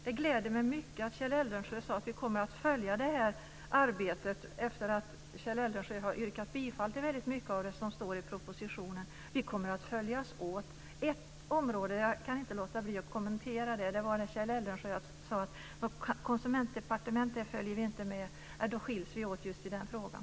Det gläder mig mycket att Kjell Eldensjö sade att vi kommer att följa det här arbetet efter att Kjell Eldensjö har yrkat bifall till väldigt mycket av det som står i propositionen. Vi kommer att följas åt. Ett område som jag inte kan låta bli att kommentera var när Kjell Eldensjö sade att något konsumentdepartement följer vi inte med på. Då skiljer vi oss åt just i den frågan.